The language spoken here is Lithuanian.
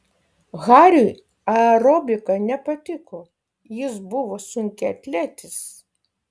hariui aerobika nepatiko jis buvo sunkiaatletis